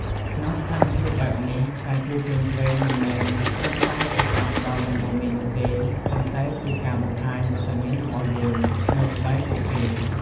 ក្នុងស្ថានភាពបែបនេះ ការជួយជ្រោមជ្រែងមិនមែនត្រឹមតែជាការផ្តល់ដំបូន្មាននោះទេ ប៉ុន្តែជាការបង្ហាញវត្តមានរបស់យើង នៅក្បែរពួកគេ។